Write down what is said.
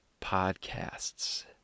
Podcasts